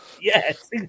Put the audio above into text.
Yes